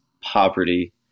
poverty